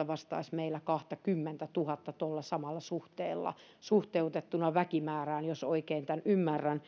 vastaisi meillä kahtakymmentätuhatta tuolla samalla suhteella suhteutettuna väkimäärään jos oikein tämän ymmärrän